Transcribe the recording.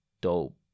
dope